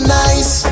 nice